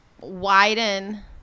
widen